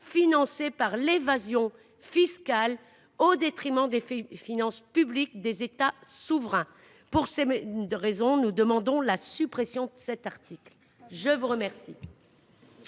financée par l'évasion fiscale au détriment des finances publiques des États souverains pour ces 2 raisons nous demandons la suppression de cet article, je vous remercie.--